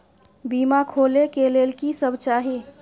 बीमा खोले के लेल की सब चाही?